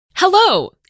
Hello